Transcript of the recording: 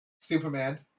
Superman